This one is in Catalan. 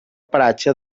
paratge